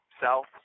South